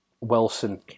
Wilson